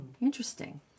Interesting